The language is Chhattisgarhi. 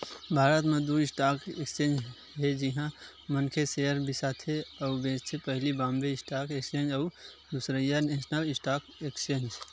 भारत म दू स्टॉक एक्सचेंज हे जिहाँ मनखे सेयर बिसाथे अउ बेंचथे पहिली बॉम्बे स्टॉक एक्सचेंज अउ दूसरइया नेसनल स्टॉक एक्सचेंज